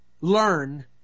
learn